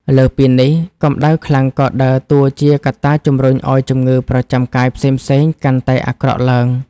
លើសពីនេះ កម្ដៅខ្លាំងក៏ដើរតួជាកត្តាជម្រុញឱ្យជំងឺប្រចាំកាយផ្សេងៗកាន់តែអាក្រក់ឡើង។